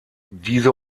diese